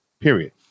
period